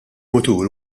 mutur